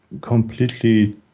completely